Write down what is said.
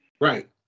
Right